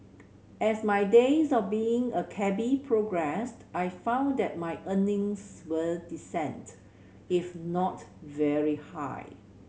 as my days of being a cabby progressed I found that my earnings were decent if not very high